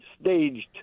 staged